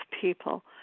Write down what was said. people